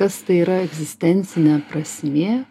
kas tai yra egzistencinė prasmė